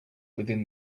within